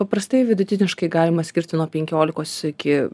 paprastai vidutiniškai galima skirti nuo penkiolikos iki